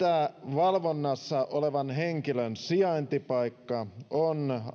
valvonnassa olevan henkilön sijaintipaikka on